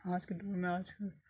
آج کے دور میں آج کل